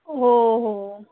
हो हो